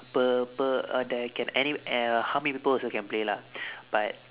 per~ per~ uh there can any uh how many people also can play lah but